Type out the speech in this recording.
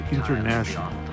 International